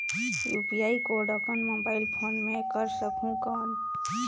UPI code अपन mobile phone मे कर सकहुं कौन?